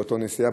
באותה נסיעה,